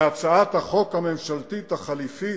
שהצעת החוק הממשלתית החלופית,